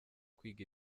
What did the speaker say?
kwiga